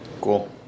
Cool